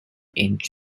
inch